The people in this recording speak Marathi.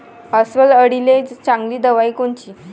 अस्वल अळीले चांगली दवाई कोनची?